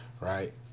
right